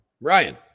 Ryan